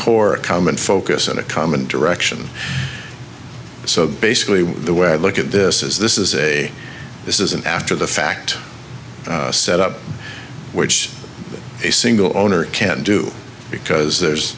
core common focus and a common direction so basically the way i look at this is this is a this is an after the fact set up which a single owner can do because there's